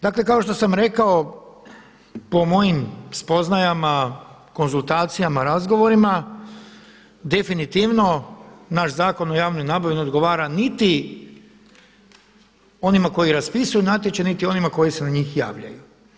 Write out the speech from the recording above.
Dakle, kao što sam rekao po mojim spoznajama, konzultacijama, razgovorima definitivno naš Zakon o javnoj nabavi ne odgovora niti onima koji raspisuju natječaj, niti onima koji se na njih javljaju.